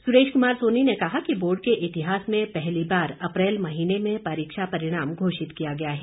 सुरेश कुमार सोनी ने कहा कि बोर्ड के इतिहास में पहली बार अप्रैल महीने में परीक्षा परिणाम घोषित किया गया है